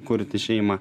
kurti šeimą